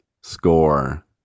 score